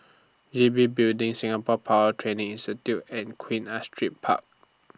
G B Building Singapore Power Training Institute and Queen Astrid Park